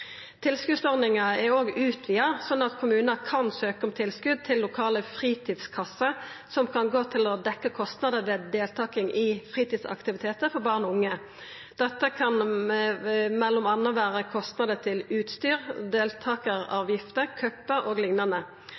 Tilskotsordninga er utvida, slik at kommunar kan søkja om tilskot til lokale fritidskasser som kan gå til å dekkja kostnader ved deltaking i fritidsaktivitetar for barn og unge. Dette kan m.a. vera kostnader til utstyr, deltakaravgifter, cupar o.l. Midlar til slike fritidskasser er nytt, og